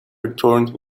returned